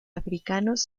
africanos